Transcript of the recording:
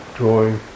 drawing